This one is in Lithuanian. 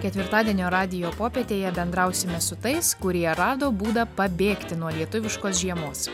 ketvirtadienio radijo popietėje bendrausime su tais kurie rado būdą pabėgti nuo lietuviškos žiemos